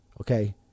okay